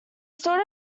stood